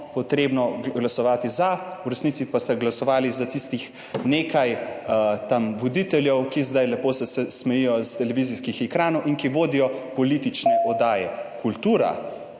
potrebno glasovati za, v resnici pa ste glasovali za tam tistih nekaj voditeljev, ki se zdaj lepo smejijo s televizijskih ekranov in ki vodijo politične oddaje. Kultura,